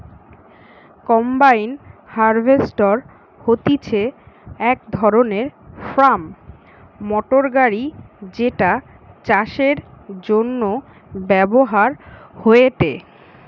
combine harvester হতিছে এক ধরণের ফার্ম মোটর গাড়ি যেটা চাষের জন্য ব্যবহার হয়েটে